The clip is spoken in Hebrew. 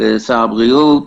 לשר הבריאות,